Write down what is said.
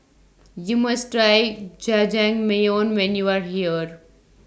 YOU must Try Jajangmyeon when YOU Are here